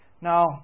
Now